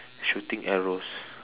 shooting arrows